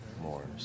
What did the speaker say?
more